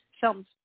films